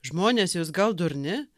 žmonės jūs gal durni